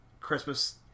Christmas